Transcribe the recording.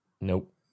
Nope